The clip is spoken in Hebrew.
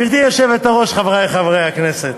גברתי היושבת-ראש, חברי חברי הכנסת,